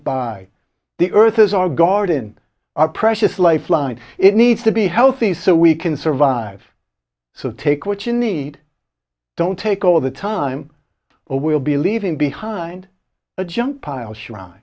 by the earth as our garden our precious lifeline it needs to be healthy so we can survive so take what you need don't take all the time or we'll be leaving behind a junkpile shr